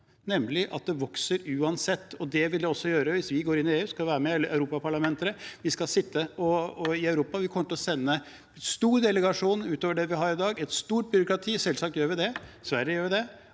nemlig at det vokser uansett. Det vil det også gjøre hvis vi går inn i EU og skal være europaparlamentarikere. Vi skal sitte i Europa, vi kommer til å sende en stor delegasjon utover det vi har i dag, et stort byråkrati. Selvsagt gjør vi det, Sverige gjør jo